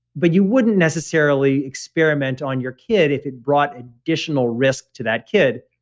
but you wouldn't necessarily experiment on your kid if it brought additional risk to that kid.